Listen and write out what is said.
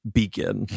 begin